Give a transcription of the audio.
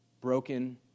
broken